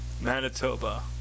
Manitoba